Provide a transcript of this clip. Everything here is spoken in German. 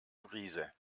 brise